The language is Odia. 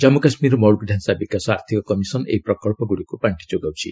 ଜାମ୍ମ କାଶ୍ମୀର ମୌଳିକ ଡାଞ୍ଚା ବିକାଶ ଆର୍ଥିକ କମିଶନ ଏହି ପ୍ରକଳ୍ପଗୁଡ଼ିକୁ ପାଣ୍ଠି ଯୋଗାଉଛି